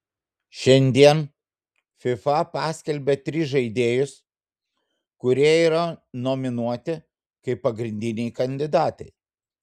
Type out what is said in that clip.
šiandien fifa paskelbė tris žaidėjus kurie yra nominuoti kaip pagrindiniai kandidatai